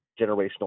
generational